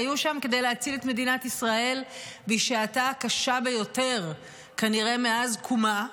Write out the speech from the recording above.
היו שם כדי להציל את מדינת ישראל בשעתה הקשה ביותר כנראה מאז קומה,